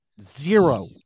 Zero